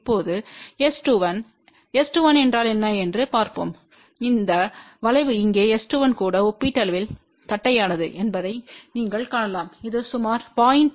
இப்போது S21S21என்றால்என்ன என்று பார்ப்போம்இந்த வளைவு இங்கே S21கூட ஒப்பீட்டளவில் தட்டையானதுஎன்பதை நீங்கள் காணலாம் இது சுமார் 0